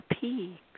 peaks